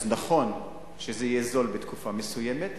אז נכון שזה יהיה זול בתקופה מסוימת,